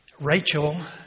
Rachel